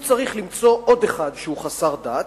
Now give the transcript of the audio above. הוא צריך למצוא עוד אחד שהוא חסר דת,